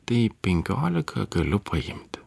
tai penkiolika galiu paimti